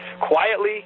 quietly